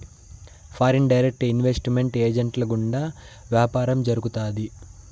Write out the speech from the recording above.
foreign direct investment ఏజెంట్ల గుండా వ్యాపారం జరుగుతాది